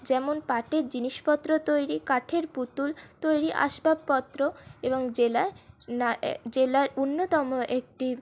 যেমন পাটের জিনিসপত্র তৈরি কাঠের পুতুল তৈরি আসবাবপত্র এবং জেলার না জেলার অন্যতম একটি